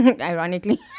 ironically